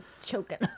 Choking